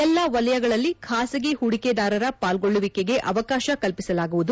ಎಲ್ಲಾ ವಲಯಗಳಲ್ಲಿ ಖಾಸಗಿ ಹೂಡಿಕೆದಾರರ ಪಾಲ್ಗೊಳ್ಳುವಿಕೆಗೆ ಅವಕಾಶ ಕಲ್ಪಿಸಲಾಗುವುದು